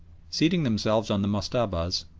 seating themselves on the mustabahs,